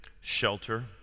shelter